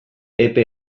epe